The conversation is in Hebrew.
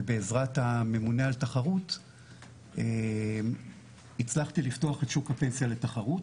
ובעזרת הממונה על התחרות הצלחתי לפתוח את שוק הפנסיה לתחרות